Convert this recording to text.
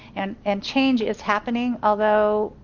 and and change is happening although,